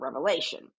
Revelation